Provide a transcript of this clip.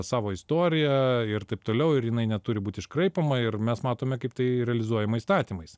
savo istoriją ir taip toliau ir jinai neturi būti iškraipoma ir mes matome kaip tai realizuojama įstatymais